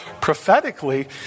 prophetically